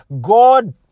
God